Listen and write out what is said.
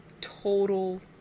total